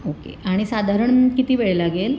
okay आणि साधारण किती वेळ लागेल